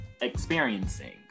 experiencing